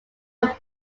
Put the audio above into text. were